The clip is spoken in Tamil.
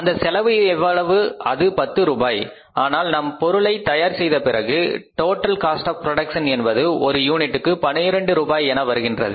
அந்த செலவு எவ்வளவு அது பத்து ரூபாய் ஆனால் நாம் பொருளை தயார் செய்த பிறகு டோடல் காஸ்ட் ஆஃ புரோடக்சன் என்பது ஒரு யூனிட்டுக்கு 12 ரூபாய் என வருகின்றது